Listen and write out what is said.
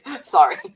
sorry